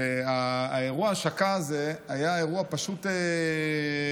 אירוע ההשקה הזה היה אירוע פשוט מרומם,